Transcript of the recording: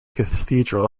cathedral